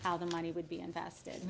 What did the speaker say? how the money would be invested